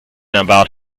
about